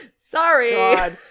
Sorry